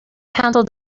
handled